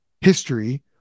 history